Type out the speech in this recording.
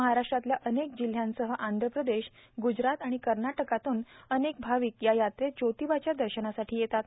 महाराष्ट्रातल्या अनेक जिल्ह्यांसह आंधप्रदेश गुजरात आणि कर्नाटकातूनही अनेक भाविक या यात्रेत ज्योतिबाच्या दर्शनासाठी येतात